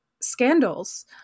scandals